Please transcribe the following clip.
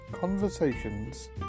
conversations